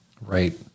right